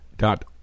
dot